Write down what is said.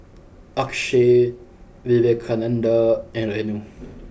Akshay Vivekananda and Renu